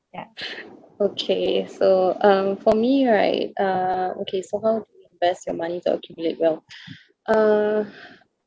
okay so um for me right um okay so how to invest your money to accumulate wealth uh